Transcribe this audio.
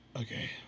Okay